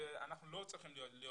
ואנחנו לא צריכים להיות במקום הזה.